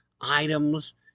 items